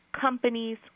companies